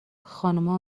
خانوما